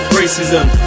racism